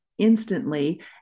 instantly